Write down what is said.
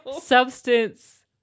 Substance